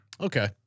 Okay